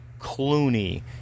Clooney